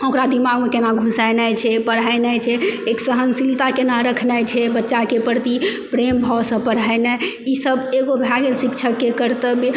ओकरा दिमागमे केना घुसेनाइ छै पढ़ेनाइ छै एक सहनशीलता केना रखनाइ छै बच्चाके प्रति प्रेम भावसँ पढ़ेनाइ ई सब एगो भए गेल शिक्षकके कर्तव्य